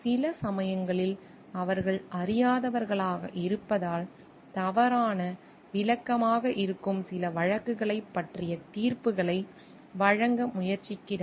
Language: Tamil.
சில சமயங்களில் அவர்கள் அறியாதவர்களாக இருப்பதால் தவறான விளக்கமாக இருக்கும் சில வழக்குகளைப் பற்றிய தீர்ப்புகளை வழங்க முயற்சிக்கிறார்கள்